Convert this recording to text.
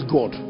God